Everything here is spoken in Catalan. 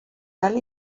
tal